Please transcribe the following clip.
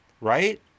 Right